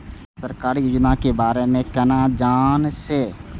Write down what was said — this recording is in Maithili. सरकारी योजना के बारे में केना जान से?